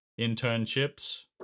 internships